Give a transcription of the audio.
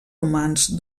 romans